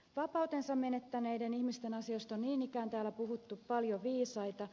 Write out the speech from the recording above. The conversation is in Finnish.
vapautensa menettäneiden ihmisten asioista on niin ikään täällä puhuttu paljon viisaita